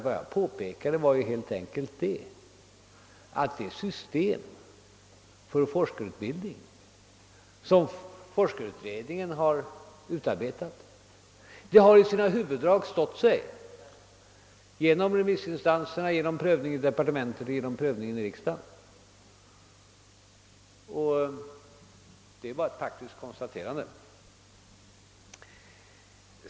Vad jag påpekade var helt enkelt att det system för forskarutbildning, som forskarutredningen har utarbetat i sina huvuddrag har stått sig genom remissinstanserna, genom prövningen i departementet och genom prövningen i riksdagen. Detta är ett faktiskt konstaterande.